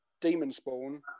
demon-spawn